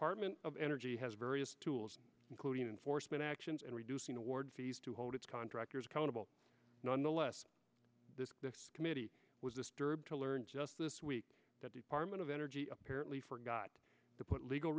apartment of energy has various tools including enforcement actions and reducing award fees to hold its contractors accountable nonetheless this committee was disturbed to learn just this week that the department of energy apparently forgot to put legal